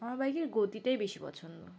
আমার বাইকের গতিটাই বেশি পছন্দ